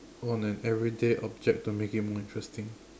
on an everyday object to make it more interesting